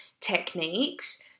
techniques